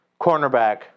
cornerback